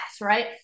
right